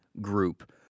group